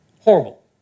Horrible